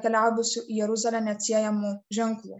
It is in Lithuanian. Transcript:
keliavusių į jeruzalę neatsiejamų ženklų